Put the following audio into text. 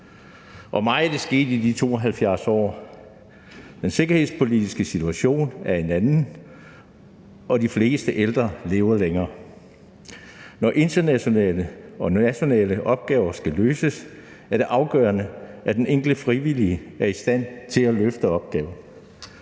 Meget er sket i de 72 år – den sikkerhedspolitiske situation er en anden, og de fleste ældre lever længere. Når internationale og nationale opgaver skal løses, er det afgørende, at den enkelte frivillige er i stand til at løfte opgaven.